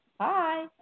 Hi